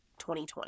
2020